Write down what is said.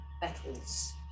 battles